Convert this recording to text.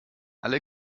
alle